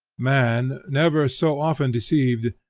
man, never so often deceived,